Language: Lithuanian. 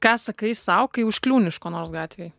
ką sakai sau kai užkliūni už ko nors gatvėj